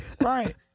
Right